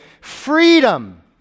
Freedom